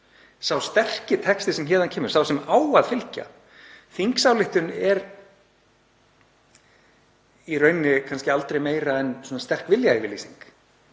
sá sterki texti sem héðan kemur, sá sem á að fylgja. Þingsályktun er í raun kannski aldrei meira en sterk viljayfirlýsing